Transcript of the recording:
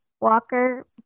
Walker